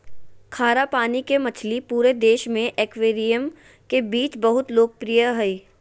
खारा पानी के मछली पूरे देश में एक्वेरियम के बीच बहुत लोकप्रिय हइ